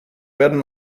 werden